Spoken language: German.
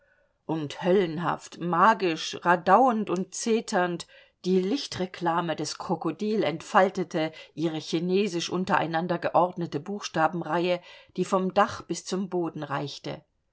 und höllenhaft magisch radauend und zeternd die lichtreklame des krokodil entfaltete ihre chinesisch untereinander geordnete buchstabenreihe die vom dach bis zum boden reichte